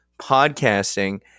podcasting